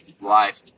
life